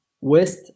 West